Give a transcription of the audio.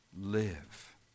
live